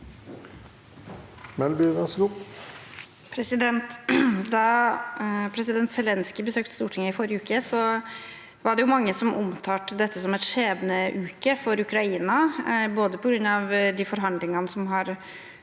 Da president Zelenskyj besøkte Stortinget i forrige uke, var det mange som omtalte dette som en skjebneuke for Ukraina, både på grunn av forhandlingene i